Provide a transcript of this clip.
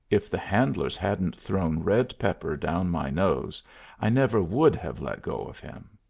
if the handlers hadn't thrown red pepper down my nose i never would have let go of him.